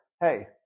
hey